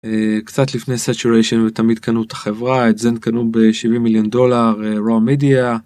קצת לפני סטוריישן ותמיד קנו את החברה את זן קנו ב-70 מיליון דולר רואו מדיה.